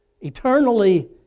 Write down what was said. Eternally